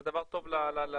זה דבר טוב לתפיסה,